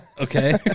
Okay